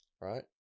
right